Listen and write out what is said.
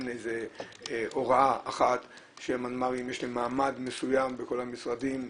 אין איזה הוראה אחת שלמנמ"רים יש מעמד מסוים בכל המשרדים,